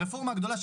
הרפורמה הגדולה,